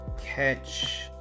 catch